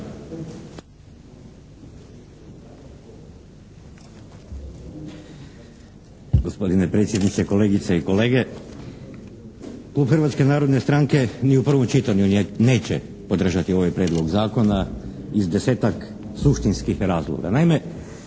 Hrvatske narodne stranke